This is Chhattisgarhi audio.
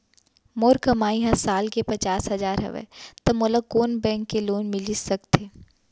मोर कमाई ह साल के पचास हजार हवय त मोला कोन बैंक के लोन मिलिस सकथे?